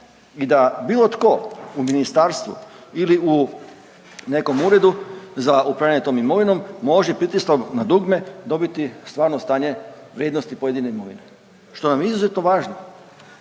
i da bilo tko u ministarstvu ili u nekom uredu za upravljanje tom imovinom može pritiskom na dugme dobiti stvarno stanje vrijednosti pojedine imovine što nam je izuzetno važno